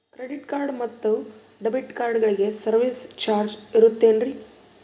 Credit card ಮತ್ತು debit ಕಾರ್ಡಗಳಿಗೆ service charge ಇರುತೇನ್ರಿ?